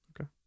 Okay